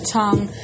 tongue